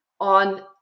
on